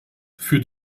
für